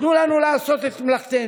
תנו לנו לעשות את מלאכתנו.